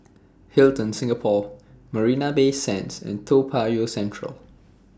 Hilton Singapore Marina Bay Sands and Toa Payoh Central